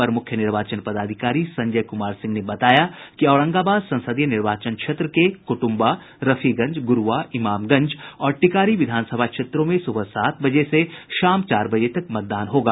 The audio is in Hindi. अपर मुख्य निर्वाचन पदाधिकारी संजय कुमार सिंह ने बताया कि औरंगाबाद संसदीय निर्वाचन क्षेत्र के कुटुम्बा रफीगंज गुरूआ इमामगंज और टिकारी विधानसभा क्षेत्रों में सुबह सात बजे से शाम चार बजे तक मतदान होगा